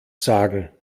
sagen